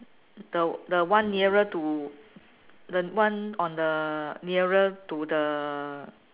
the the one nearer to the one on the nearer to the